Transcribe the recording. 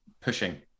pushing